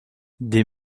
des